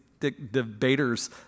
debaters